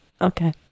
Okay